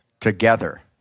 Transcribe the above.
together